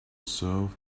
serve